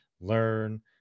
learn